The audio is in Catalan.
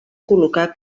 col·locar